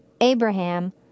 Abraham